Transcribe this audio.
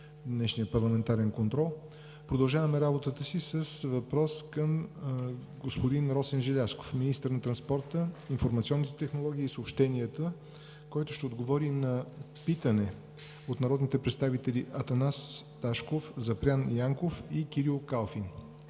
днешния парламентарен контрол. Продължаваме работата си с въпрос към господин Росен Желязков – министър на транспорта, информационните технологии и съобщенията, който ще отговори на питане от народните представители Атанас Ташков, Запрян Янков и Кирил Калфин.